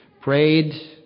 prayed